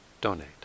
donate